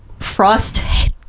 frost